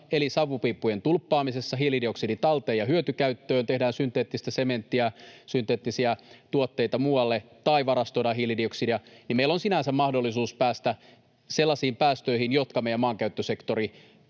eli savupiippujen tulppaamisessa — hiilidioksidi talteen ja hyötykäyttöön, tehdään synteettistä sementtiä, synteettisiä tuotteita muualle tai varastoidaan hiilidioksidia — niin meillä on sinänsä mahdollisuus päästä sellaisiin päästöihin, jotka meidän maankäyttösektorimme